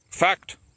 fact